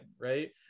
right